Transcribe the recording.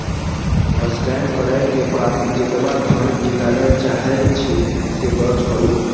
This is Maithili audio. स्कैन करै के बाद जेतबा धन निकालय चाहै छी, से दर्ज करू